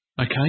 Okay